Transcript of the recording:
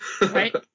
Right